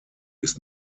ist